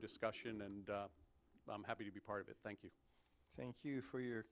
discussion and i'm happy to be part of it thank you thank you for your